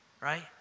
Right